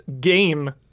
game